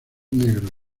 negro